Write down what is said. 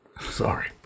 Sorry